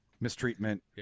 mistreatment